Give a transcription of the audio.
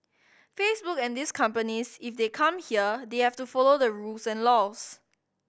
Facebook and these companies if they come here they have to follow the rules and laws